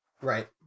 Right